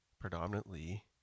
predominantly